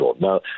now